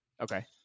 Okay